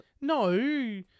No